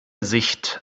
sicht